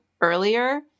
earlier –